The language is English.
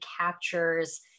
captures